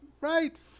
right